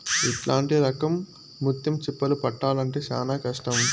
ఇట్లాంటి రకం ముత్యం చిప్పలు పట్టాల్లంటే చానా కష్టం